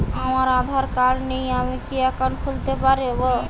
আমার আধার কার্ড নেই আমি কি একাউন্ট খুলতে পারব?